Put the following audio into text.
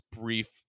brief